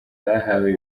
bahawe